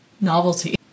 Novelty